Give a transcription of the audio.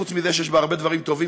חוץ מזה שיש בה הרבה דברים טובים,